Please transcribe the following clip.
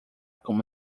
como